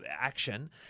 action